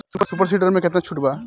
Super seeder मै कितना छुट बा?